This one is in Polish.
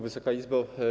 Wysoka Izbo!